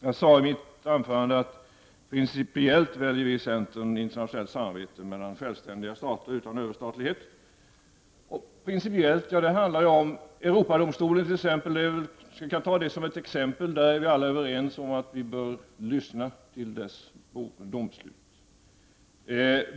Jag sade i mitt anförande att vi i centern principiellt väljer internationellt samarbete mellan självständiga stater utan överstatlighet. Vi kan ta Europadomstolen som ett exempel. Vi är alla överens om att vi bör lyssna till Europadomstolens domslut.